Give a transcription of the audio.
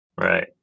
Right